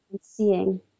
seeing